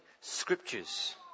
scriptures